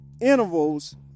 intervals